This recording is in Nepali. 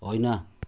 होइन